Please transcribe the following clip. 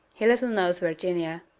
he little knows virginia.